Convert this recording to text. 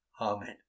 Amen